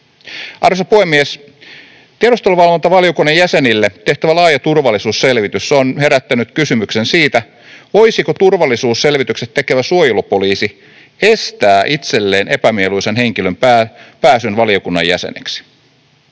Arvoisa puhemies! Tiedusteluvalvontavaliokunnan jäsenille tehtävä laaja turvallisuusselvitys on herättänyt kysymyksen siitä, voisiko turvallisuusselvityksen tekevä suojelupoliisi estää itselleen epämieluisan henkilön pääsyn valiokunnan jäseneksi.